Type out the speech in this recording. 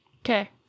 Okay